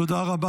תודה רבה.